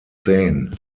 zehn